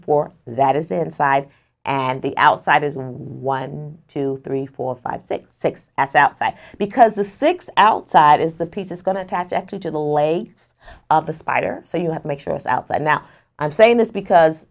four that is inside and the outside is one two three four five six six as outside because the six outside is the piece is going to attach actually to the legs of the spider so you have to make sure it's outside now i'm saying this because